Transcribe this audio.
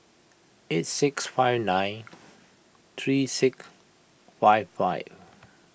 eight six five nine three six five five